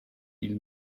île